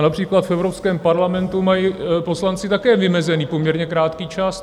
Například v Evropském parlamentu mají poslanci také vymezený poměrně krátký čas.